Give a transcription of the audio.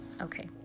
Okay